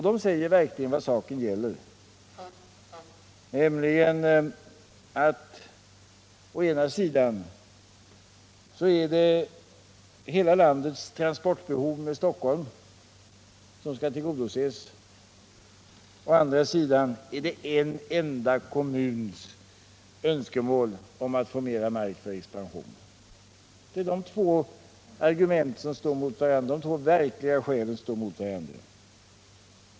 De säger verkligen vad saken gäller: å ena sidan har vi hela landets transportbehov med trafik på Stockholm som skall tillgodoses, å andra sidan står en enda kommuns önskemål att få mera mark för expansion. Detta är de två verkliga skäl som står emot varandra.